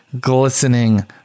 glistening